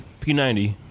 P90